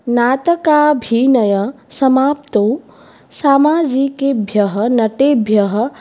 नाटकाभिनयसमाप्तौ सामाजिकेभ्यः नटेभ्यः